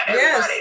yes